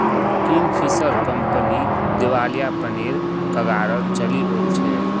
Kingfisher company दिवालियापनेर कगारत चली ओल छै